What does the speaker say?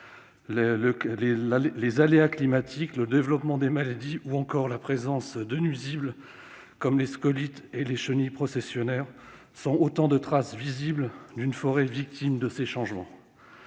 Aléas climatiques, développement de maladies ou encore présence de nuisibles, comme les scolytes et les chenilles processionnaires, sont autant de traces visibles d'une forêt victime de ces changements.